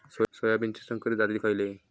सोयाबीनचे संकरित जाती खयले?